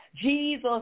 Jesus